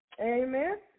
Amen